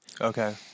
Okay